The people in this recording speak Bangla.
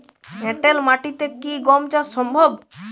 এঁটেল মাটিতে কি গম চাষ সম্ভব?